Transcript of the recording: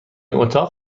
اتاق